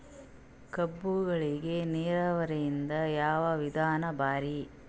ಕಬ್ಬುಗಳಿಗಿ ನೀರಾವರಿದ ಯಾವ ವಿಧಾನ ಭಾರಿ?